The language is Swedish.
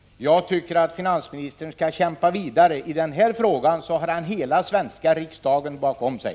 Jag tycker att finansministern skall kämpa vidare. I den här frågan har han hela svenska riksdagen bakom sig.